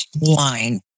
line